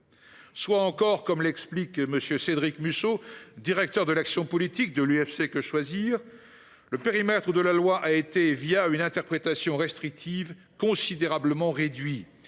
soit, comme l’explique M. Cédric Musso, directeur de l’action politique de l’UFC Que Choisir, « le périmètre de la loi a été, une interprétation restrictive, considérablement réduit